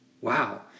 Wow